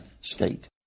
state